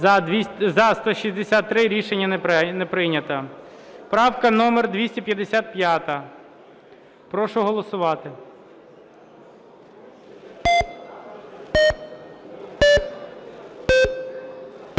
За-163 Рішення не прийнято. Правка номер 255. Прошу голосувати.